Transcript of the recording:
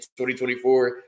2024